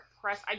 Press